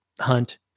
hunt